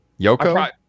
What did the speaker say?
Yoko